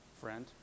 friend